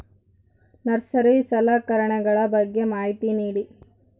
Nursery ಸಲಕರಣೆಗಳ ಬಗ್ಗೆ ಮಾಹಿತಿ ನೇಡಿ?